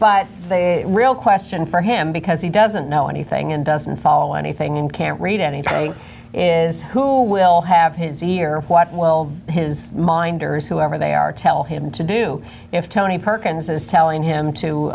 but they real question for him because he doesn't know anything and doesn't follow anything and can't read anything in who will have his ear what well his minders whoever they are tell him to do if tony perkins is telling him to